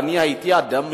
והייתי אדם מיואש,